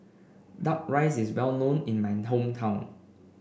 duck rice is well known in my hometown